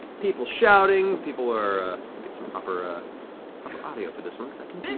people shouting, people are get some proper ah audio for this, one second.